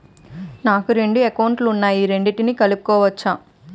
నాకు రెండు అకౌంట్ లు ఉన్నాయి రెండిటినీ కలుపుకోవచ్చా?